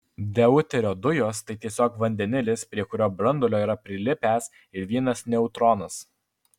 deuterio dujos tai tiesiog vandenilis prie kurio branduolio yra prilipęs ir vienas neutronas